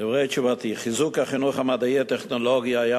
דברי תשובתי: חיזוק החינוך המדעי-הטכנולוגי היה